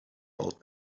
old